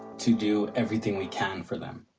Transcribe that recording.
to do everything we can for them.